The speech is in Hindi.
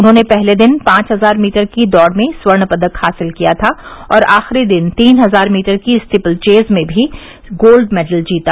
उन्होंने पहले दिन पांच हज़ार मीटर की दौड़ में स्वर्ण पदक हासिल किया था और आखिरी दिन तीन हज़ार मीटर की स्टीपलवेज में भी गोल्ड मेडल जीता